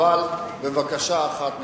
אבל בקשה אחת ממך: